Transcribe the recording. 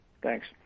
Thanks